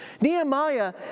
Nehemiah